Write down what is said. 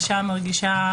עם זאת, אמרתי לכם,